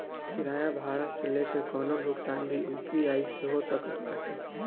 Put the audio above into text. किराया भाड़ा से लेके कवनो भुगतान भी यू.पी.आई से हो सकत बाटे